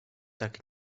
tak